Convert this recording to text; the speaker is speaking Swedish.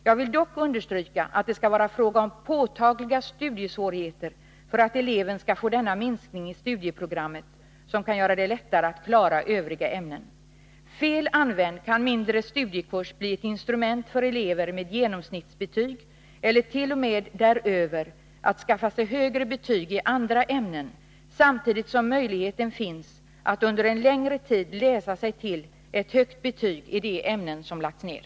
Jag vill dock understryka att det skall vara fråga om påtagliga studiesvårigheter för att eleven skall få denna minskning i studieprogrammet, som kan göra det lättare att klara övriga ämnen. Fel använd kan mindre studiekurs bli ett instrument för elever med genomsnittsbetyg eller t.o.m. däröver att skaffa sig högre betyg i andra ämnen, samtidigt som möjligheten finns att under en längre tid läsa sig till ett högt betyg i de ämnen som lagts ned.